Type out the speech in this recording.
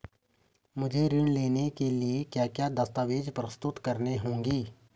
मुझे ऋण लेने के लिए क्या क्या दस्तावेज़ प्रस्तुत करने होंगे?